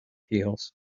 heels